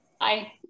Hi